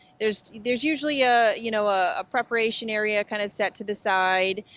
there's there's usually a you know ah ah preparation area kind of set to the side.